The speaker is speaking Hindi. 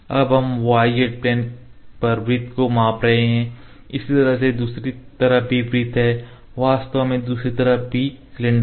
अब हम y z प्लेन पर वृत्त को माप रहे हैं इसी तरह से दूसरी तरफ भी वृत्त है वास्तव में दूसरी तरफ भी सिलेंडर है